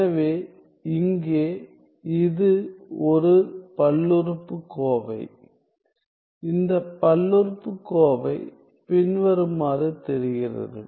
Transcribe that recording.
எனவே இங்கே இது ஒரு பல்லுறுப்புக்கோவை இந்த பல்லுறுப்புக்கோவை பின்வருமாறு தெரிகிறது